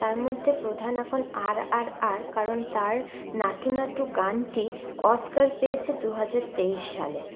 তার মধ্যে প্রধান এখন আরআরআর কারণ তার নাট্টু নাট্টূ গানটি অস্কার পেয়েছে দুহাজার তেইশ সালে